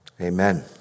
Amen